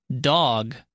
Dog